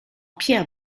pierre